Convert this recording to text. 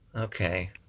Okay